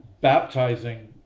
baptizing